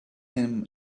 him